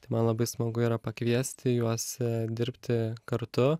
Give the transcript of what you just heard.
tai man labai smagu yra pakviesti juos dirbti kartu